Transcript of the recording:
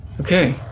Okay